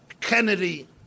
Kennedy